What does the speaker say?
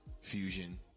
Fusion